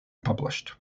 published